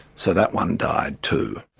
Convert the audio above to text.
so that one died, too.